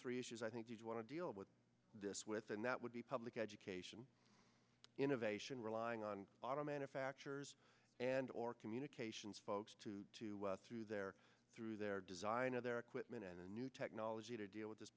three issues i think you'd want to deal with this with and that would be public education innovation relying on auto manufacturers and or communications folks to to through their through their design of their equipment and a new technology to deal with this